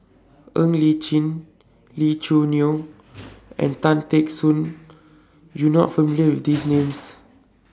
Ng Li Chin Lee Choo Neo and Tan Teck Soon YOU Are not familiar with These Names